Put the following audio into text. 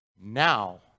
Now